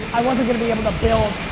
i wasn't going to be able to build.